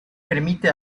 permite